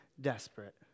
desperate